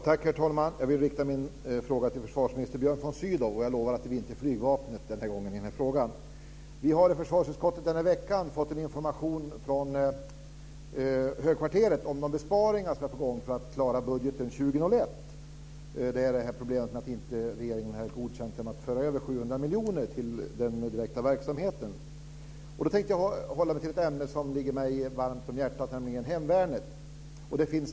Herr talman! Jag vill rikta min fråga till försvarsminister, och jag lovar att det inte blir en fråga om flygvapnet den här gången. Vi har i försvarsutskottet denna vecka fått en information från högkvarteret om de besparingar som är på gång för att klara budgeten 2001. Det gäller problemet att regeringen inte har godkänt att föra över 700 miljoner till den direkta verksamheten. Jag tänkte hålla mig till ett ämne som ligger mig varmt om hjärtat, nämligen hemvärnet.